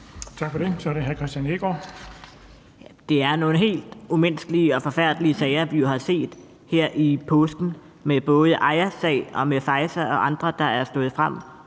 Det er nogle helt umenneskelige og forfærdelige sager, vi har set her i påsken. Det er både Aya, Faeza og andre, der har stået frem.